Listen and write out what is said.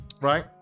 Right